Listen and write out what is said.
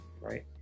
right